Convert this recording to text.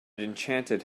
enchanted